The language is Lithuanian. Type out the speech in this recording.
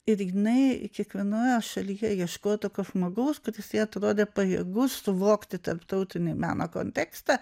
ir jinai kiekvienoje šalyje ieškojo tokio žmogaus kuris jai atrodė pajėgus suvokti tarptautinį meno kontekstą